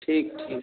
ठीक ठीक